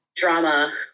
drama